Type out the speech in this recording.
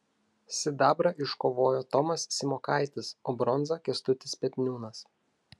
sidabrą iškovojo tomas simokaitis o bronzą kęstutis petniūnas